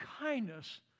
kindness